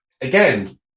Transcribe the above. again